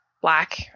black